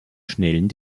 schnellen